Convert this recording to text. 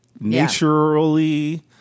naturally